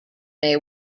may